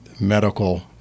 medical